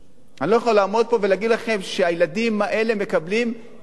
אני לא יכול לעמוד פה ולהגיד לכם שהילדים האלה מקבלים תקווה.